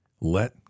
let